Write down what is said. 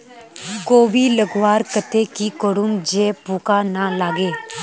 कोबी लगवार केते की करूम जे पूका ना लागे?